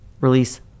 release